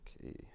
Okay